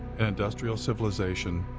and industrial civilization,